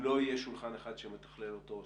אם לא יהיה שולחן אחד שמתכלל אותו,